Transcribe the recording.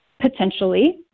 Potentially